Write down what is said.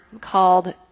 called